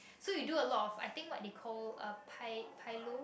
so you do a lot of I think what they call a pi~ pilo